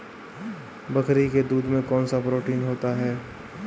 बकरी के दूध में कौनसा प्रोटीन होता है?